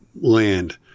land